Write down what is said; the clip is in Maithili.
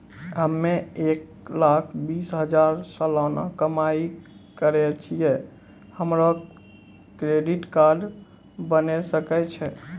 हम्मय एक लाख बीस हजार सलाना कमाई करे छियै, हमरो क्रेडिट कार्ड बने सकय छै?